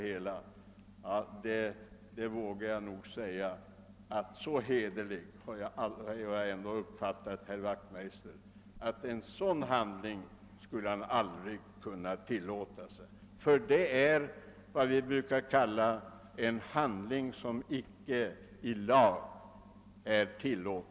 Han skulle nog aldrig kunna begå en sådan handling. Det är vad vi brukar kalla en i lag icke tillåten handling.